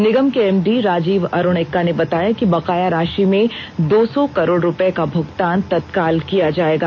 निगम के एमडी राजीव अरूण एक्का ने बताया कि बकाया राषि में दो सौ करोड़ रूपये का भुगतान तत्काल किया जाएगा